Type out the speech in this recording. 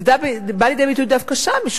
זה בא לידי ביטוי דווקא שם,